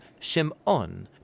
Shim'on